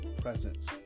presence